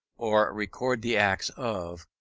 or record the acts of,